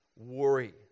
worry